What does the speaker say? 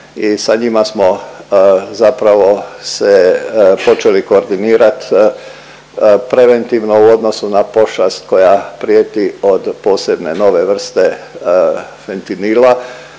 I sa njima smo zapravo se počeli koordinirati preventivno u odnosu na pošast koja prijeti od posebne nove vrste fentinila